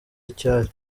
icyari